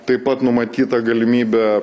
taip pat numatyta galimybė